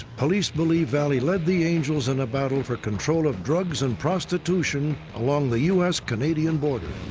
police believe vallee led the angels in a battle for control of drugs and prostitution along the us-canadian border.